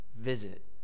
visit